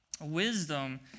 Wisdom